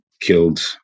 killed